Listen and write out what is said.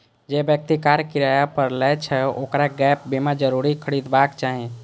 जे व्यक्ति कार किराया पर लै छै, ओकरा गैप बीमा जरूर खरीदबाक चाही